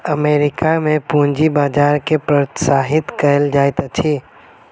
America में पूंजी बजार के प्रोत्साहित कयल जाइत अछि